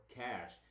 cash